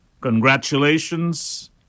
Congratulations